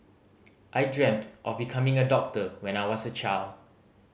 I dreamt of becoming a doctor when I was a child